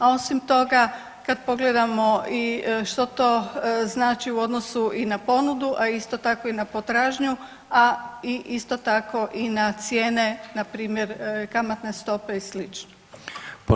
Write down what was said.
A osim toga kad pogledamo i što to znači u odnosu i na ponudu, a isto tako i na potražnju, a isto tako i na cijene npr. kamatne stope i sl.